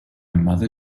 mother